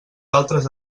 altres